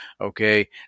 okay